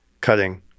cutting